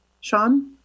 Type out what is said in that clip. Sean